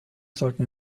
sollten